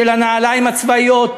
של הנעליים הצבאיות.